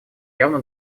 явно